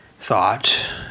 thought